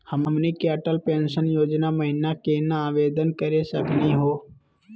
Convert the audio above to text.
हमनी के अटल पेंसन योजना महिना केना आवेदन करे सकनी हो?